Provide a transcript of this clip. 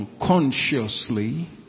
unconsciously